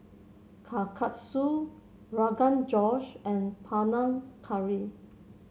Kalguksu Rogan Josh and Panang Curry